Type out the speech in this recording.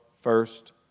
first